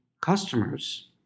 customers